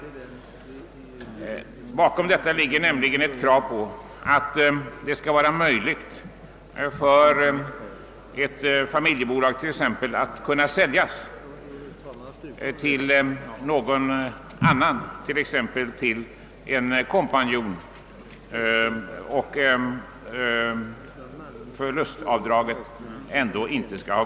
Det är ett yrkande som vi har ställt flera år, och bakom det ligger kravet att det skall vara möjligt att sälja t.ex. ett familjebolag till en kompanjon eller annan person utan att förlustavdraget går förlorat.